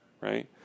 right